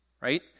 right